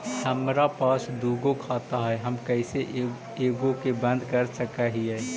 हमरा पास दु गो खाता हैं, हम कैसे एगो के बंद कर सक हिय?